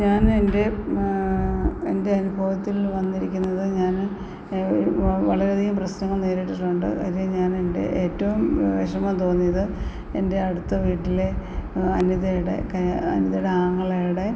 ഞാൻ എൻ്റെ എൻ്റെ അനുഭവത്തിൽ വന്നിരിക്കുന്നത് ഞാന് വളരെയധികം പ്രശ്നങ്ങൾ നേരിട്ടിട്ടുണ്ട് അതില് ഞാൻ എൻ്റെ ഏറ്റവും വിഷമം തോന്നിയത് എൻ്റെ അടുത്ത വീട്ടിലെ അനിതയുടെ അനിതയുടെ ആങ്ങളയുടെ